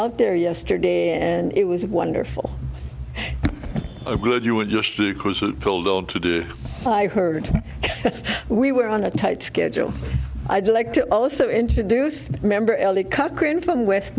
out there yesterday and it was wonderful i heard we were on a tight schedule i'd like to also introduce member elliot cochran from west